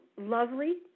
lovely